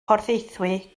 porthaethwy